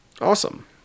Awesome